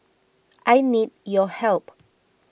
I need your help